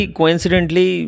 Coincidentally